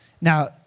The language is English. Now